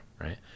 right